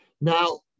Now